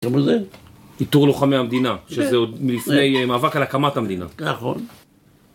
עיטור לוחמי המדינה, שזה עוד מלפני... מאבק על הקמת המדינה? נכון.